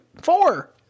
four